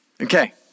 okay